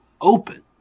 open